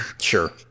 Sure